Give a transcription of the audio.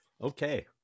okay